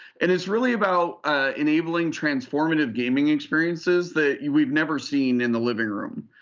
and it's really about enabling transformative gaming experiences that we've never seen in the living room.